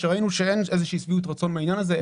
שראינו שאין איזושהי שביעות רצון מהעניין הזה.